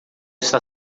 está